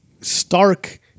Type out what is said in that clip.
stark